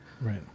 right